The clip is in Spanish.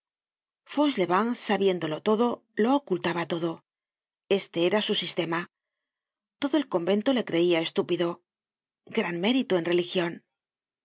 fauchelevent sabiéndolo todo lo ocultaba todo este era su sistema todo el convento le creia estúpido gran mérito en religion las